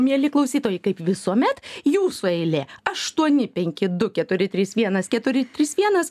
mieli klausytojai kaip visuomet jūsų eilė aštuoni penki du keturi trys vienas keturi trys vienas